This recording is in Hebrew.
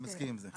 אני מסכים עם זה.